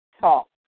Talk